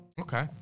Okay